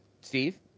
steve